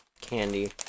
candy